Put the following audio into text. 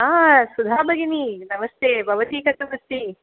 हा सुधा भगिनि नमस्ते भवती कथमस्ति